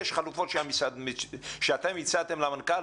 יש חלופות שאתם הצעתם למנכ"ל,